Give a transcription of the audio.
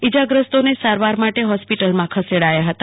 ઈજાગ્રસ્તોને સારવાર માટે હોસ્પિટલ ખસેડાયા હતા